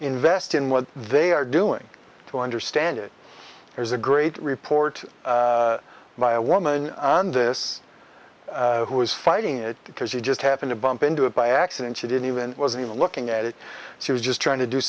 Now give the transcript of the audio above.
invest in what they are doing to understand it there's a great report by a woman on this who is fighting it because you just happen to bump into it by accident she didn't even wasn't even looking at it she was just trying to do